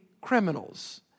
criminals